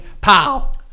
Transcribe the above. Pow